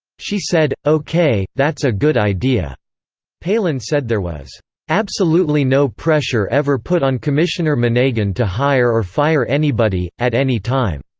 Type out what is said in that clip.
she said, ok, that's a good idea palin said there was absolutely no pressure ever put on commissioner monegan to hire or fire anybody, at any time.